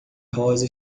rosa